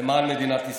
למען מדינת ישראל.